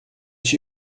she